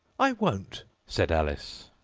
i won't said alice.